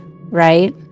right